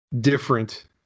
different